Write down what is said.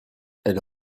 elle